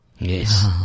Yes